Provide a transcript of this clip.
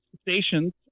stations